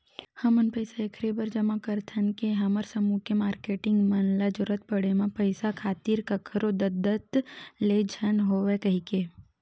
हमन पइसा ऐखरे बर जमा करथन के हमर समूह के मारकेटिंग मन ल जरुरत पड़े म पइसा खातिर कखरो दतदत ले झन होवय कहिके